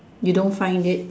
you don't find it